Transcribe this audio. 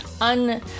un